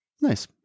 Nice